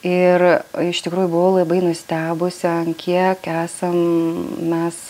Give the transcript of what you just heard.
ir iš tikrųjų buvau labai nustebusi an kiek esam mes